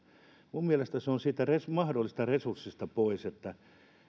minun mielestäni se on siitä mahdollisesta resurssista pois että